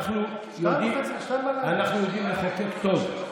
02:00. יודעים לחוקק טוב,